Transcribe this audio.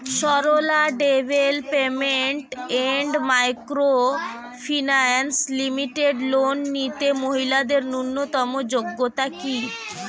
Sarala development and micro finance limited loan নিতে মহিলাদের ন্যূনতম যোগ্যতা কী?